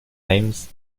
names